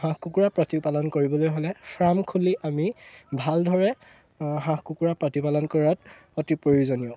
হাঁহ কুকুৰা প্ৰতিপালন কৰিবলৈ হ'লে ফাৰ্ম খুলি আমি ভালদৰে হাঁহ কুকুৰা প্ৰতিপালন কৰাত অতি প্ৰয়োজনীয়